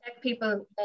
people